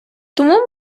тому